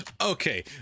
Okay